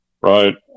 right